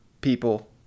people